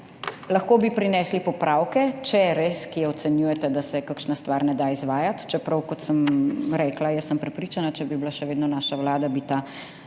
lahko bi prinesli popravke, če res kje ocenjujete, da se kakšna stvar ne da izvajati, čeprav, kot sem rekla, jaz sem prepričana, če bi bila še vedno naša vlada, bi ta